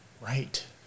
Right